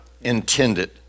intended